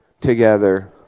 together